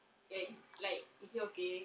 like like is he okay